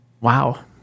Wow